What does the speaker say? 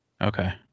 Okay